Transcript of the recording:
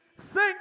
sing